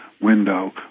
window